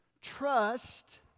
trust